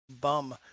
Bum